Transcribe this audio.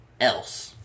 else